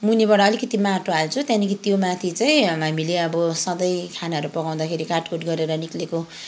मुनिबाट अलिकति माटो हाल्छु त्यहाँदेखि त्यो माथि चाहिँ हामीले अब सँधै खानाहरू पकाउँदाखेरि काटकुट गरेर निक्लेको